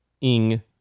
ing